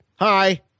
hi